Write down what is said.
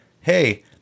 hey